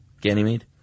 Ganymede